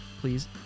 please